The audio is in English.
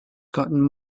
gotten